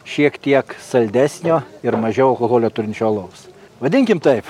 šiek tiek saldesnio ir mažiau alkoholio turinčio alaus vadinkim taip